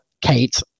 Kate